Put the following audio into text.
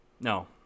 No